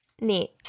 neat